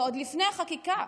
זה עוד לפני החקיקה.